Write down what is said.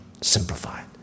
simplified